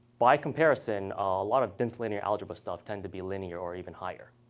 by comparison, a lot of dense linear algebra stuff tend to be linear or even higher.